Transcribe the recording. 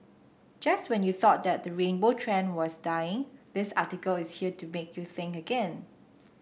just when you thought that the rainbow trend was dying this article is here to make you think again